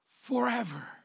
Forever